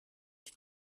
ich